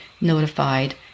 notified